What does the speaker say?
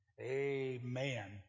Amen